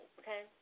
okay